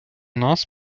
нас